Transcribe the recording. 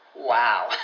Wow